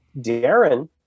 Darren